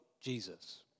Jesus